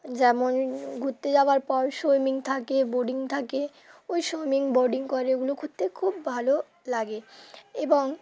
যেমন ঘুরতে যাওয়ার পর সুইমিং থাকে বোটিং থাকে ওই সুইমিং বোটিং করে ওগুলো ঘুরতে খুব ভালো লাগে এবং